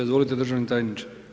Izvolite državni tajniče.